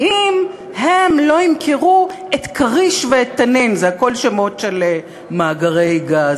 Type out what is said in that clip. אם הם לא ימכרו את "כריש" ואת "תנין" הכול שמות של מאגרי גז,